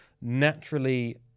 naturally